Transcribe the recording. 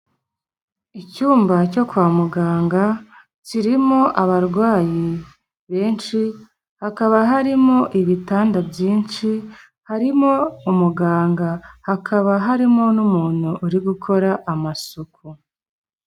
Icyumba cyo kwa muganga kirimo abarwayi benshi, hakaba harimo ibitanda byinshi, harimo umuganga, hakaba harimo n'umuntu uri gukora amasuku.